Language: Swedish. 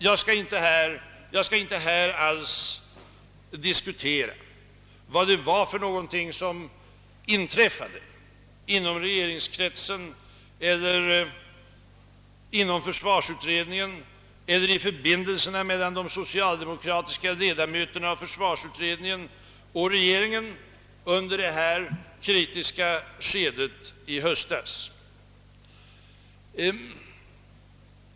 Jag skall inte alls gå in på vad det var som inträffade inom regeringskretsen eller inom försvarsutredningen eller i förbindelserna mellan de socialdemokratiska ledamöterna av försvarsutredningen och regeringen under det kritiska skedet i höstas.